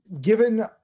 given